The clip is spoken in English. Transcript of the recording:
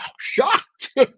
Shocked